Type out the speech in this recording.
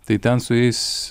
tai ten su jais